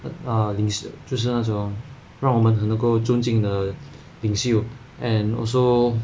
err 就是那种让我们很能够尊敬的领袖 and also